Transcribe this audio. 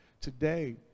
today